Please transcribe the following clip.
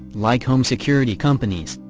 like home security companies,